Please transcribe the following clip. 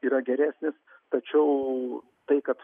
yra geresnis tačiau tai kad